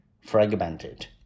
fragmented